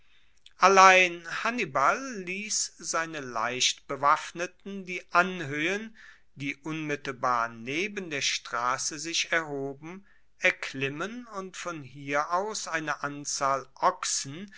allein hannibal hiess seine leichtbewaffneten die anhoehen die unmittelbar neben der strasse sich erhoben erklimmen und von hier aus eine anzahl ochsen